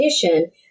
condition